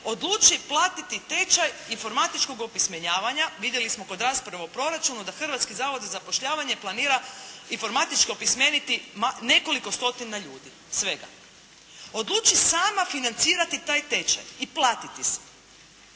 odluči platiti tečaj informatičkog opismenjivanja. Vidjeli smo kod rasprave o proračunu da Hrvatski zavod za zapošljavanje planira informatičko opismeniti nekoliko stotina ljudi, svega. Odluči sama financirati taj tečaj i platiti si,